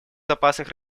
запасах